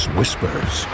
Whispers